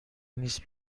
نیست